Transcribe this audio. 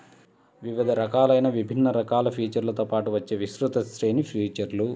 వివిధ రకాలైన విభిన్న రకాల ఫీచర్లతో పాటు వచ్చే విస్తృత శ్రేణి ఫీచర్లు